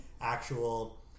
actual